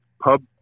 pub